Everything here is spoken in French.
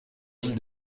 ville